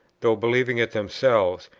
though believing it themselves,